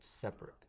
separate